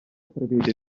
prevede